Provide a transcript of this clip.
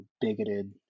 bigoted